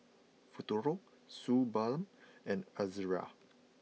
Futuro Suu Balm and Ezerra